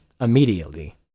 immediately